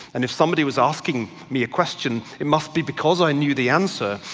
and if somebody was asking me a question, it must be because i knew the answer.